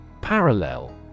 parallel